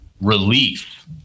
relief